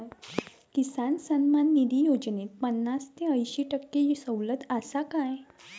किसान सन्मान निधी योजनेत पन्नास ते अंयशी टक्के सवलत आसा काय?